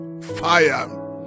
fire